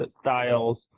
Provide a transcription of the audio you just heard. styles